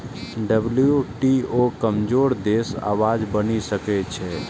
WTO कमजोर देशक आवाज बनि सकै छै